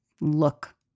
look